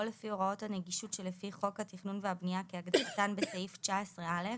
או לפי הוראות הנגישות שלפי חוק התכנון והבנייה כהגדרתן בסעיף 19א,